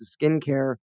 skincare